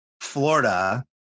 Florida